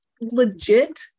legit